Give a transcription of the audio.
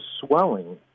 swelling